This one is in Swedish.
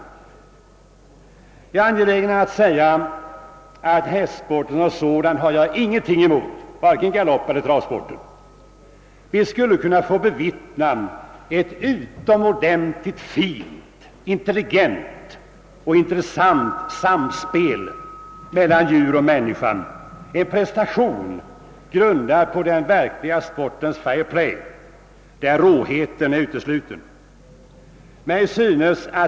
Jag är angelägen att säga att jag inte har någonting emot hästsporten som sådan, varken galoppeller travsporten. Vi skulle kunna få bevittna ett utomordentligt fint, intelligent och intressant samspel mellan djur och människa, en prestation grundad på den verkliga sportens fair play, där råheten är utesluten.